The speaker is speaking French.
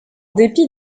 dépit